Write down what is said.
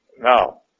Now